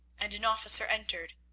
and an officer entered,